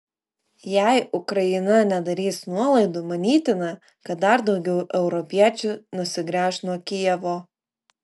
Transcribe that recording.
jei ukraina nedarys nuolaidų manytina kad dar daugiau europiečių nusigręš nuo kijevo